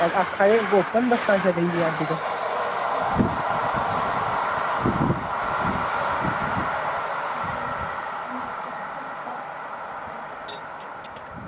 आक्खा दे ओपन बस्सां चली दियां अज्जकल